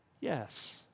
Yes